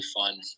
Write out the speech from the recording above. fun